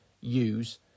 use